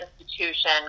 institution